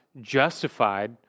justified